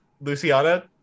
Luciana